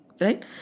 Right